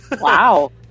Wow